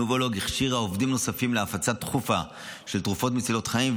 נובולוג הכשירה עובדים נוספים להפצה דחופה של תרופות מצילות חיים,